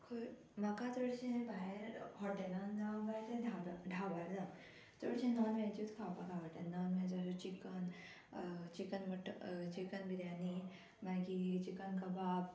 खंय म्हाका चडशें भायर हॉटेलान जावं तें धा धाब्ब्यार जावं चडशें नॉन व्हेजूच खावपाक आवडटा नॉन व्हेजाचें chicken chicken mutton chicken biryani मागी चिकन कबाब